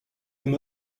him